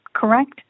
correct